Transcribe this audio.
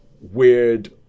weird